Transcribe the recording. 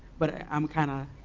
but i'm kinda